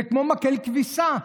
זה כמו מקל כביסה: